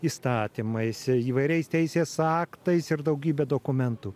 įstatymais įvairiais teisės aktais ir daugybe dokumentų